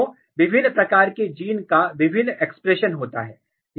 तू विभिन्न प्रकार के जीन का विभिन्न एक्सप्रेशन होता है